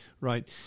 Right